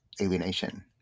alienation